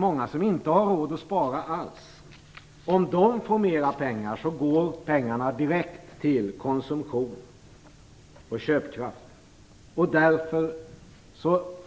Många har inte råd att spara alls; om de får mer pengar går de direkt till konsumtion och köpkraft. Därför